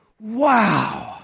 wow